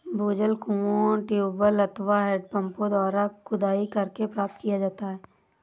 भूजल कुओं, ट्यूबवैल अथवा हैंडपम्पों द्वारा खुदाई करके प्राप्त किया जाता है